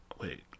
Wait